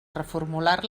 reformular